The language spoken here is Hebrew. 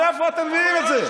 מאיפה אתם מביאים את זה?